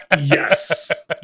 Yes